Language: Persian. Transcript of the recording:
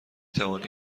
توانی